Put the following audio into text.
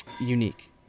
unique